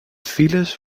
files